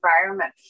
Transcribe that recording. environment